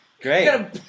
great